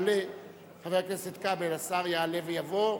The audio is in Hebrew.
חבר הכנסת כבל, השר יעלה ויבוא.